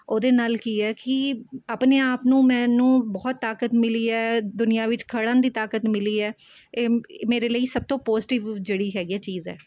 ਉਹਦੇ ਨਾਲ਼ ਕੀ ਹੈ ਕਿ ਆਪਣੇ ਆਪ ਨੂੰ ਮੈਨੂੰ ਬਹੁਤ ਤਾਕਤ ਮਿਲੀ ਹੈ ਦੁਨੀਆਂ ਵਿੱਚ ਖੜ੍ਹਨ ਦੀ ਤਾਕਤ ਮਿਲੀ ਹੈ ਇਹ ਮੇਰੇ ਲਈ ਸਭ ਤੋਂ ਪੋਜ਼ੀਟਿਵ ਜਿਹੜੀ ਹੈਗੀ ਹੈ ਚੀਜ਼ ਹੈ